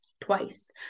twice